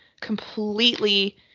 completely